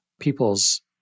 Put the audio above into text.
peoples